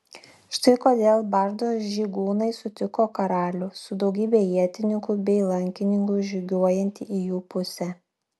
štai kodėl bardo žygūnai sutiko karalių su daugybe ietininkų bei lankininkų žygiuojantį į jų pusę